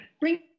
bring